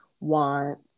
want